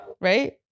right